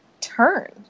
turn